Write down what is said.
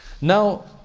Now